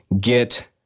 Get